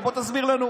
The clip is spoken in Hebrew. ובוא תסביר לנו.